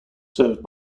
served